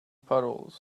puddles